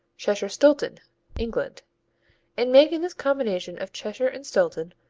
cheshire-stilton england in making this combination of cheshire and stilton,